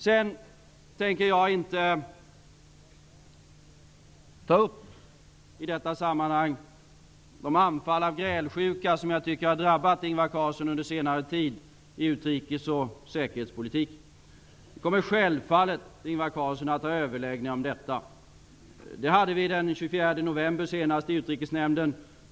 Jag tänker inte i detta sammanhang ta upp de anfall av grälsjuka som jag tycker har drabbat Ingvar Carlsson under senare tid i utrikes och säkerhetspolitiken. Vi kommer självfallet, Ingvar Carlsson, att ha överläggningar om detta. Det hade vi senast den 24 november i Utrikesnämnden.